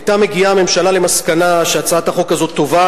היתה מגיעה הממשלה למסקנה שהצעת החוק הזאת טובה,